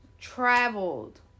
Traveled